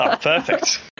perfect